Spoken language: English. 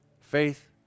Faith